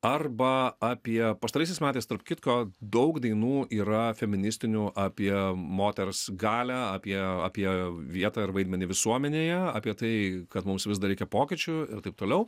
arba apie pastaraisiais metais tarp kitko daug dainų yra feministinių apie moters galią apie apie vietą ir vaidmenį visuomenėje apie tai kad mums vis dar reikia pokyčių ir taip toliau